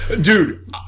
dude